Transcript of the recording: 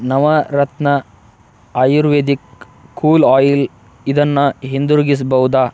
Navratna ayurvedic cool oil ಇದನ್ನು ಹಿಂದಿರುಗಿಸಬಹುದಾ